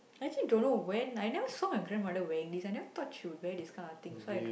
I actually don't know when I never saw my grandmother wearing this I never thought she would wear this kind of thing so I d~